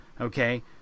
Okay